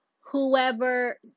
whoever